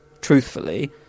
truthfully